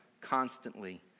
constantly